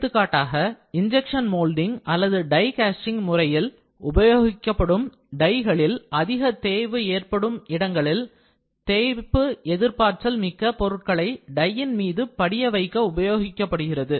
எடுத்துக்காட்டாக injection moulding அல்லது die casting முறையில் உபயோகிக்கப்படும் டைகளில் அதிக தேய்வு ஏற்படும் இடங்களில் தேய்ப்பு எதிர்ப்பாற்றல் மிக்க பொருட்களை டையின்மீது படிய வைக்க உபயோகப்படுகிறது